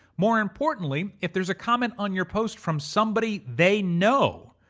more importantly, if there's a comment on your post from somebody they know,